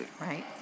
right